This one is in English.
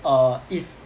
err it's